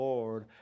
Lord